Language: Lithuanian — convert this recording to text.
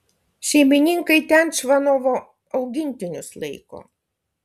šeimininkai ten čvanovo augintinius laiko